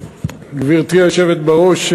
גברתי היושבת בראש,